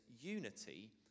unity